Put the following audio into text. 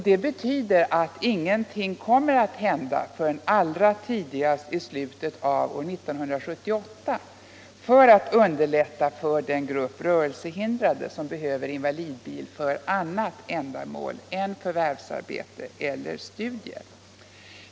Det betyder att ingenting kommer att hända förrän allra tidigast i slutet av 1978 för att underlätta det för den rörelsehindrade som behöver invalidbil för annat ändamål än förvärvsarbete eller studier.